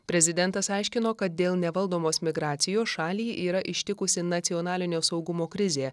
prezidentas aiškino kad dėl nevaldomos migracijos šalį yra ištikusi nacionalinio saugumo krizė